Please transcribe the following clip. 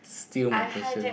steal my question